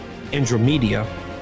Andromedia